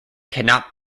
cannot